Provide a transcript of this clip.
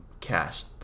cast